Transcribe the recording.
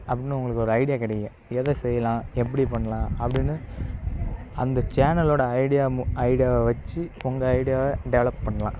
அப்படின்னு உங்களுக்கு ஒரு ஐடியா கிடைக்கும் எதை செய்யலாம் எப்படி பண்ணலாம் அப்படின்னு அந்த சேனலோட ஐடியா மூ ஐடியாவை வச்சு உங்கள் ஐடியாவை டெவலப் பண்லாம்